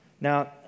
Now